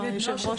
יושב הראש,